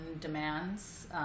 demands